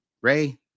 ray